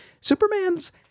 Superman's